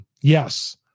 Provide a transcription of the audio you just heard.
yes